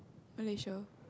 Malaysia